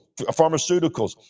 pharmaceuticals